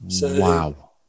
Wow